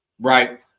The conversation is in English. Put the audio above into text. right